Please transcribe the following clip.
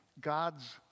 God's